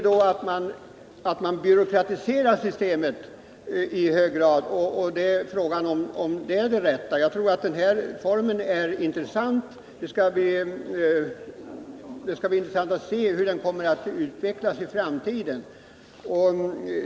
Med den ordning som Wivi-Anne Radesjö förespråkar skulle man ju i hög grad byråkratisera systemet, och jag tvivlar på att det är rätt väg att gå. Jag tycker att den form för verksamheten som regeringen föreslagit är intressant, och det skall också bli intressant att se hur den utvecklas i framtiden.